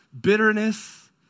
bitterness